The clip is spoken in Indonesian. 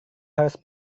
harus